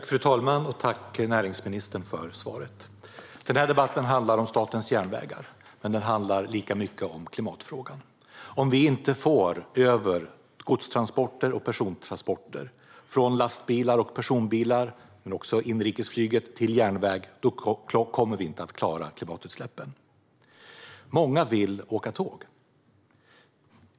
Fru talman! Tack, näringsministern, för svaret! Den här debatten handlar om Statens järnvägar, men den handlar lika mycket om klimatfrågan. Om vi inte får över godstransporter och persontransporter från lastbilar och personbilar men också inrikesflyget till järnväg kommer vi inte att klara klimatmålen. Många vill åka tåg.